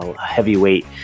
Heavyweight